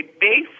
base